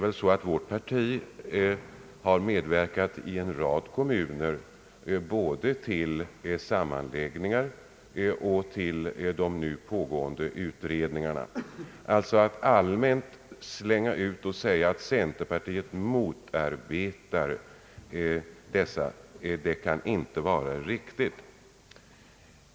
Vårt parti har i en rad kommuner medverkat både till sammanläggningar och till nu pågående utredningar. Att allmänt säga att centerpartiet motarbetar sådana kan alltså inte vara riktigt.